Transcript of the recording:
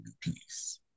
peace